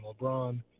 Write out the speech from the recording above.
LeBron